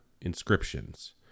inscriptions